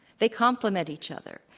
they complement each other.